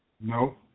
No